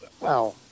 Wow